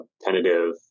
tentative